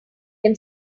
can